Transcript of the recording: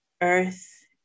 Earth